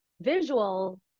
visual